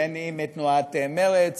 בין מתנועת מרצ